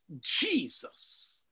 Jesus